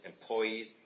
employees